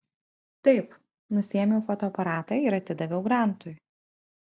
taip nusiėmiau fotoaparatą ir atidaviau grantui